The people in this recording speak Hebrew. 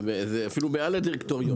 זה אפילו מעל הדירקטוריון.